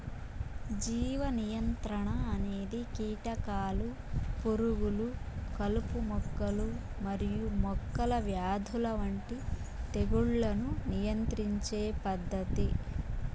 జీవ నియంత్రణ అనేది కీటకాలు, పురుగులు, కలుపు మొక్కలు మరియు మొక్కల వ్యాధుల వంటి తెగుళ్లను నియంత్రించే పద్ధతి